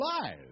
alive